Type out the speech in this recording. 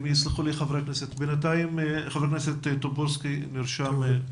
בינתיים חבר הכנסת טופורובסקי נרשם.